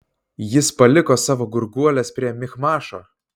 jis paliko savo gurguoles prie michmašo